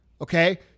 okay